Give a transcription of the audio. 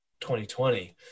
2020